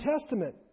Testament